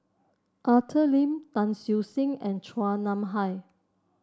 Arthur Lim Tan Siew Sin and Chua Nam Hai